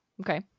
Okay